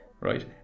Right